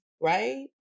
right